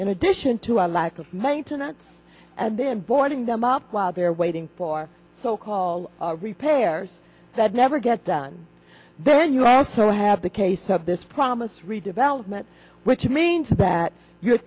in addition to a lack of maintenance and then boarding them up while they're waiting for so called repairs that never get done then you also have the case of this promise redevelopment which means that you